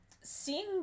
Seeing